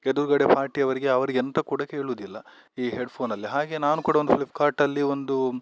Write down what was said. ಎದುರುಗಡೆ ಪಾರ್ಟಿಯವರಿಗೆ ಅವರಿಗೆ ಎಂತ ಕೂಡ ಕೇಳುವುದಿಲ್ಲ ಈ ಹೆಡ್ಫೋನಲ್ಲಿ ಹಾಗೆ ನಾನು ಕೂಡ ಒಂದು ಫ್ಲಿಪ್ಕಾರ್ಟ್ ಅಲ್ಲಿ ಒಂದು